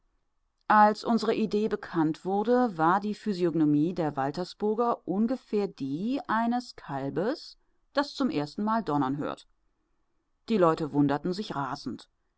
als unsere idee bekannt wurde war die physiognomie der waltersburger ungefähr die eines kalbes das zum ersten male donnern hört die leute wunderten sich rasend